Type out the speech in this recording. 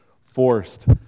forced